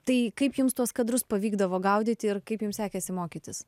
tai kaip jums tuos kadrus pavykdavo gaudyti ir kaip jums sekėsi mokytis